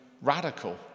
radical